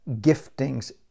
giftings